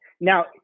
Now